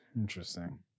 Interesting